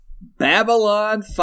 Babylon